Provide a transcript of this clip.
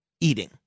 eating